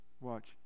watch